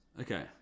Okay